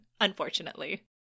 unfortunately